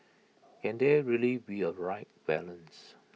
can there really be A right balance